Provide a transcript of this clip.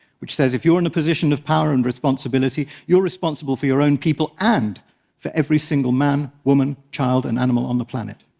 which says if you're in a position of power and responsibility, you're responsible for your own people and for every single man, woman, child and animal on the planet.